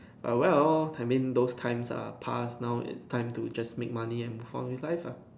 ah well I mean those times are passed now it's time to just make money and move on with life lah